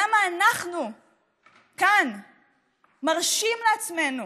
למה אנחנו כאן מרשים לעצמנו